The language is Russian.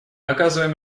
оказываем